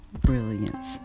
Brilliance